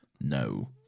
No